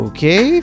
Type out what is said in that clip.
Okay